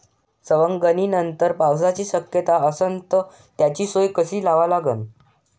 सवंगनीनंतर पावसाची शक्यता असन त त्याची सोय कशी लावा लागन?